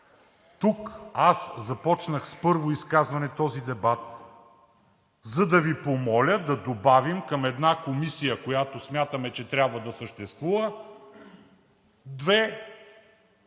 тук аз започнах с първо изказване този дебат, за да Ви помоля да добавим към една комисия, която смятаме, че трябва да съществува, две